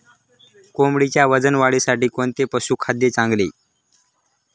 कोंबडीच्या वजन वाढीसाठी कोणते पशुखाद्य चांगले?